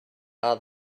are